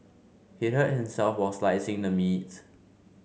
he hurt himself while slicing the meat